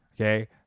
Okay